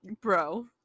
bro